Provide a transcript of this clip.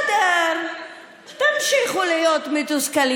וכחול לבן הלכו.